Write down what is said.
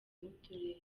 n’uturere